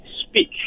speak